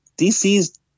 DC's